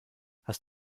hast